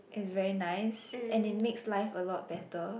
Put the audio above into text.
is very nice and it makes life a lot better